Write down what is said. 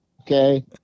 okay